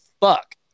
fuck